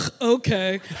okay